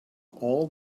all